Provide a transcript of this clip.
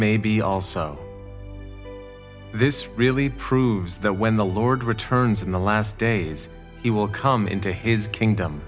may be also this really proves that when the lord returns in the last days he will come into his kingdom